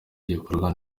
gikorwa